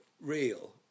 real